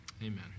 amen